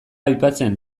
aipatzen